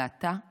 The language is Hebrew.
ואתה הצלחת.